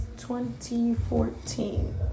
2014